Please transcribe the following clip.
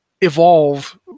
evolve